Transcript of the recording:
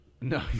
No